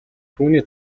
түүний